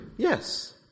Yes